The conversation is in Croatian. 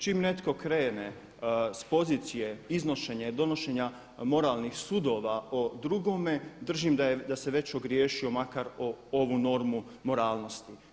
Čim netko krene s pozicije iznošenja i donošenja moralnih sudova o drugome držim da se već ogriješio makar o ovu normu moralnosti.